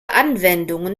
anwendungen